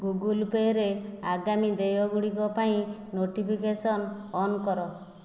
Google ପେ'ରେ ଆଗାମୀ ଦେୟ ଗୁଡ଼ିକ ପାଇଁ ନୋଟିଫିକେସନ୍ ଅନ୍ କର